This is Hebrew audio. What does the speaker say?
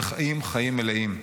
וחיים חיים מלאים.